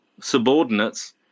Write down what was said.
subordinates